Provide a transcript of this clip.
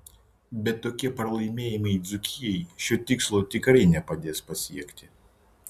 bet tokie pralaimėjimai dzūkijai šio tikslo tikrai nepadės pasiekti